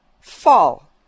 fall